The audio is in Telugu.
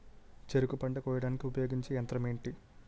చెరుకు పంట కోయడానికి ఉపయోగించే యంత్రం ఎంటి?